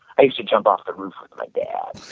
i used to jump off the roof with my dad